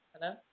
Hello